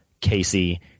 Casey